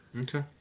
Okay